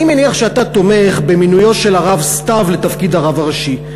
אני מניח שאתה תומך במינויו של הרב סתיו לתפקיד הרב הראשי.